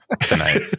tonight